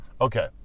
Okay